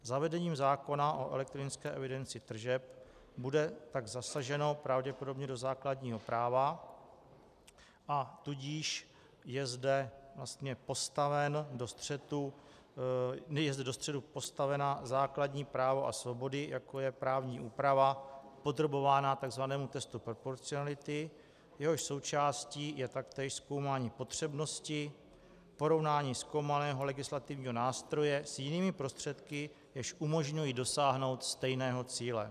Zavedením zákona o elektronické evidenci tržeb bude tak zasaženo pravděpodobně do základního práva, a tudíž je zde vlastně postaven do střetu je zde do střetu postavena základní právo a svobody, jako je právní úprava, podrobována takzvanému testu proporcionality, jehož součástí je taktéž zkoumání potřebnosti, porovnání zkoumaného legislativního nástroje s jinými prostředky, jež umožňují dosáhnout stejného cíle.